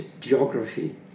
geography